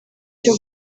cyo